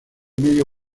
medio